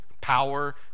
Power